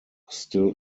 still